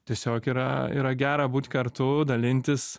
tiesiog yra yra gera būt kartu dalintis